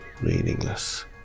meaningless